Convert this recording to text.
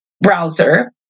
browser